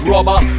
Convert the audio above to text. Rubber